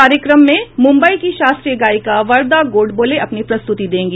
कार्यक्रम में मुम्बई की शास्त्रीय गायिका वरदा गोडबोले अपनी प्रस्तुति देंगी